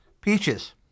peaches